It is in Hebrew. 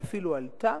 והיא אפילו עלתה.